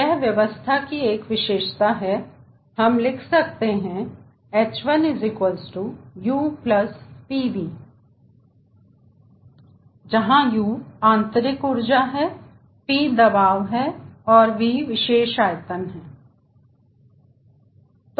यह व्यवस्था की एक विशेषता है हम लिख सकते हैं h1u pv जहां u आंतरिक ऊर्जा है p दबाव और v विशेष आयतन है